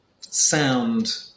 sound